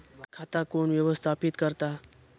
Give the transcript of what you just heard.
खाता कोण व्यवस्थापित करता?